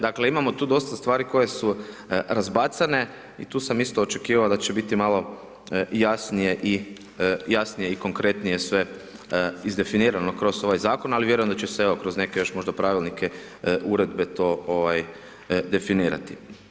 Dakle, imamo tu dosta stvari koje su razbacane i tu sam isto očekivao da će biti malo jasnije i konkretnije sve izdefinirano kroz ovaj Zakon, ali vjerujem da će se, evo, kroz neke još možda Pravilnike, Uredbe, to definirati.